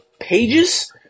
pages